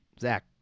zach